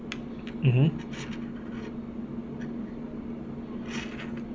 mmhmm